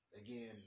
again